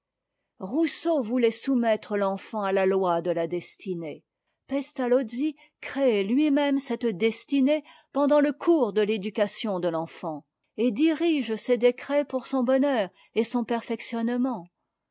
rousseau voulait soumettre l'enfant à la loi de la destinée pestalozzi crée lui-même cette destinée pendant le cours de l'éducation de l'enfant et dirige ses décrets pour son bonheur et son perfectionnement